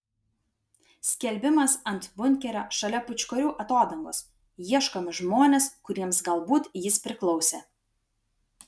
skelbimas ant bunkerio šalia pūčkorių atodangos ieškomi žmonės kuriems galbūt jis priklausė